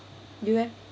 you eh